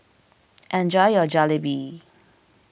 enjoy your Jalebi